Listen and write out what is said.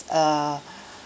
err